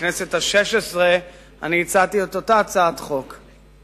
בכנסת השש-עשרה אני הצעתי את אותה הצעת חוק.